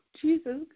Jesus